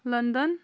London